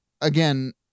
again